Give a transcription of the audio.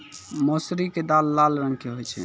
मौसरी के दाल लाल रंग के होय छै